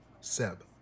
Seb